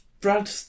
Brad